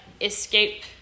escape